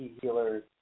healers